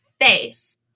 face